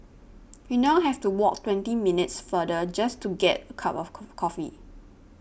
we now have to walk twenty minutes farther just to get a cup of coffee